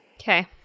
Okay